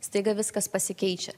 staiga viskas pasikeičia